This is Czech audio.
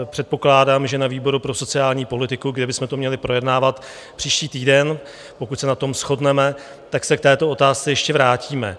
Předpokládám, že na výboru pro sociální politiku, kde bychom to měli projednávat příští týden, pokud se na tom shodneme, tak se k této otázce ještě vrátíme.